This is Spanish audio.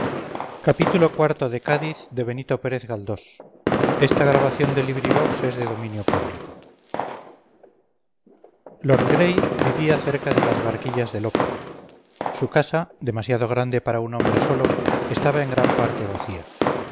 arribaabajo iv lord gray vivía cerca de las barquillas de lope su casa demasiado grande para un hombre solo estaba en gran parte vacía